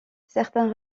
certains